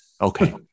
Okay